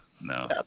no